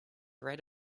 write